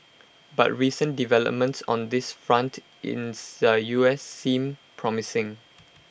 but recent developments on this front in the U S seem promising